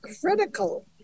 critical